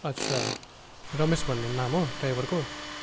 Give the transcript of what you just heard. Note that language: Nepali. अच्छा रमेश भन्ने नाम हो ड्राइभरको